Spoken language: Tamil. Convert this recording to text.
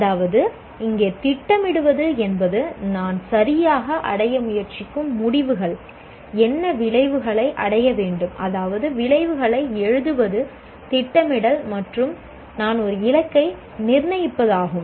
அதாவது இங்கே திட்டமிடுவது என்பது நான் சரியாக அடைய முயற்சிக்கும் முடிவுகள் என்ன விளைவுகளை அடைய வேண்டும் அதாவது விளைவுகளை எழுதுவது திட்டமிடல் மற்றும் நான் ஒரு இலக்கை நிர்ணயிப்பதாகும்